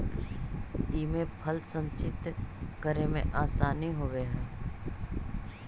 इमे फल संचित करे में आसानी होवऽ हई